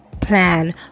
plan